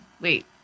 Wait